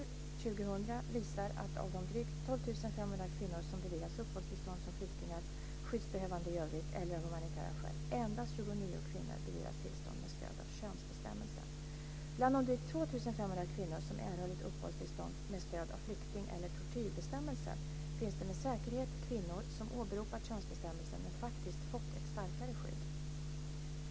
12 500 kvinnor som beviljats uppehållstillstånd som flyktingar, skyddsbehövande i övrigt eller av humanitära skäl endast 29 kvinnor beviljats tillstånd med stöd av könsbestämmelsen. Bland de drygt 2 500 kvinnor som erhållit uppehållstillstånd med stöd av flykting eller tortyrbestämmelsen finns det med säkerhet kvinnor som åberopat könsbestämmelsen, men faktiskt fått ett starkare skydd.